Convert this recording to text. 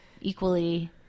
equally